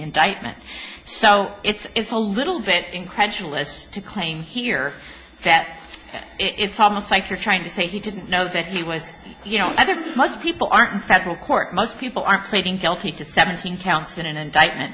indictment so it's a little bit incredulous to claim here that it's almost like you're trying to say he didn't know that he was you know other people aren't in federal court most people are pleading guilty to seventeen counts in an indictment